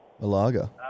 Malaga